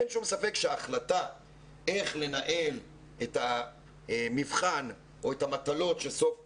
אין שום ספק שההחלטה איך לנהל את המבחן או את המטלות של סוף קורס,